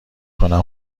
کنم